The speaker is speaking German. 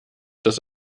dass